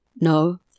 No